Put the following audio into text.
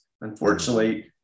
Unfortunately